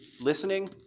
listening